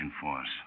force